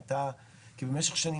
כי במשך שנים,